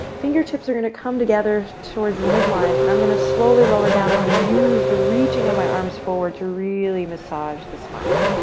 fingertips are going to come together towards the mid-line and i'm going to slowly lower down. i'm going to use the reaching of my arms forward to really massage the spine.